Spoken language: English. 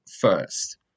first